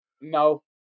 No